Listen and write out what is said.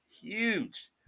huge